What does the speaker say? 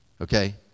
okay